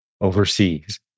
overseas